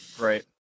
Right